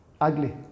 ugly